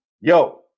yo